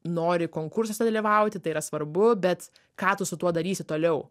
nori konkursuose dalyvauti tai yra svarbu bet ką tu su tuo darysi toliau